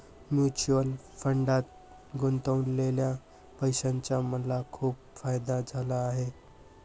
mutual फंडात गुंतवलेल्या पैशाचा मला खूप फायदा झाला आहे